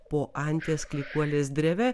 po anties klykuolės dreve